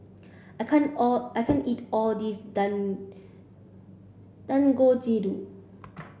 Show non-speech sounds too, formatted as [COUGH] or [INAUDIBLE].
I can't all I can't eat all this [UNINTELLIGIBLE] Dangojiru